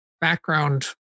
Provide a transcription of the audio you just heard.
background